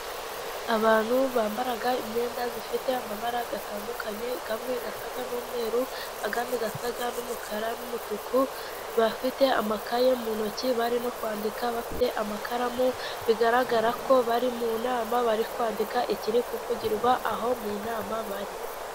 Abantu bambara imyenda ifite amabara atandukanye amwe asa n'umweru, andi asa n'umukara n'umutuku bafite amakaye mu ntoki, bari no kwandika bafite amakaramu bigaragarako bari mu nama, bari kwandika ikiri kuvugirwa aho mu nama bari.